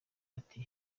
ati